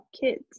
kids